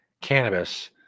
cannabis